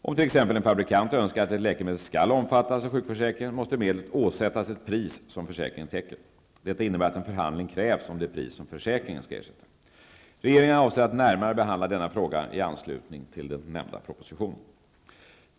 Om t.ex. en fabrikant önskar att ett läkemedel skall omfattas av sjukförsäkringen måste medlet åsättas ett pris som försäkringen täcker. Detta innebär att en förhandling krävs om det pris som försäkringen skall ersätta. Regeringen avser att närmare behandla denna fråga i anslutning till propositionen om ny läkemedelslag.